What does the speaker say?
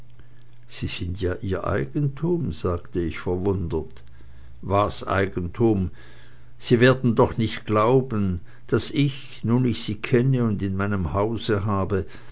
sie sind ja ihr eigentum sagte ich verwundert was eigentum sie werden doch nicht glauben daß ich nun ich sie kenne und in meinem hause habe